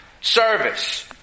service